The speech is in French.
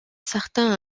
certains